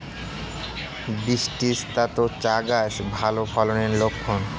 বৃষ্টিস্নাত চা গাছ ভালো ফলনের লক্ষন